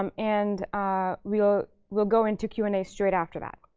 um and ah we'll we'll go into q and a straight after that.